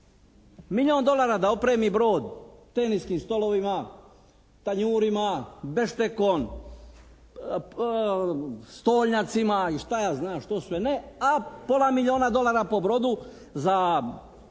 Milijun dolara da opremi brod teniskim stolovima, tanjurima, beštekom, stolnjacima i šta ja znam što sve ne, a pola milijuna dolara po brodu za